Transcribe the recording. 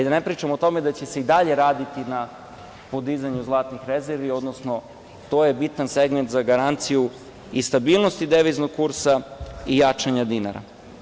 Da ne pričamo i tome da će se i dalje raditi na podizanju zlatnih rezervi, odnosno to je bitan segment za garanciju i stabilnost deviznog kursa i jačanja dinara.